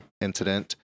incident